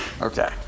okay